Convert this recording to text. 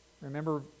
Remember